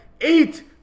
eight